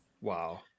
Wow